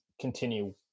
continue